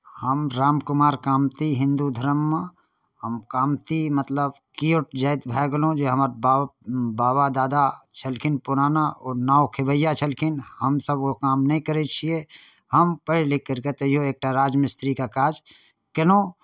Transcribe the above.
हम राम कुमार कामति हिंदू धर्ममे हम कामति मतलब केओट जाति भए गेलहुँ जे हमर बाबा बाबा दादा छलखिन पुराना ओ नाव खेवैआ छलखिन हमसभ ओ काम नहि करै छियै हम पढ़ि लिखि करि कऽ तैओ एकटा राज मिस्त्रीके काज कयलहुँ